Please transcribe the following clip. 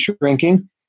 shrinking